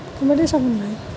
comedy চাবৰ নাই